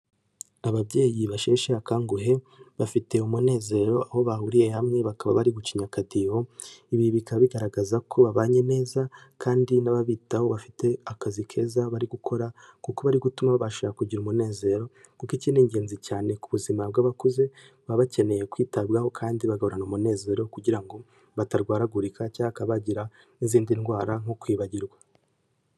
Ababyeyi basheshe akanguhe, bafite umunezero aho bahuriye hamwe, bakaba bari gucinya akadiho, ibi bikaba bigaragaza ko babanye neza kandi n'ababitaho bafite akazi keza bari gukora kuko bari gutuma babasha kugira umunezero kuko iki ni ingenzi cyane ku buzima bw'abakuze, baba bakeneye kwitabwaho kandi bagahorana umunezero kugira ngo batarwaragurika cyangwa bakaba bagira n'izindi ndwara nko kwibagirwa.